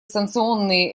санкционные